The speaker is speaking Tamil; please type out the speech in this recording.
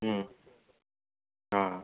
ம் ஆ